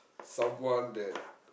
someone that